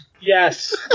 yes